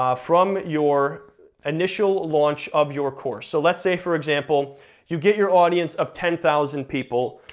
ah from your initial launch of your course. so let's say for example you get your audience of ten thousand people.